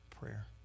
prayer